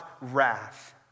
wrath